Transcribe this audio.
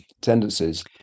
tendencies